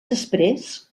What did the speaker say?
després